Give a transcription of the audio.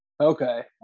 Okay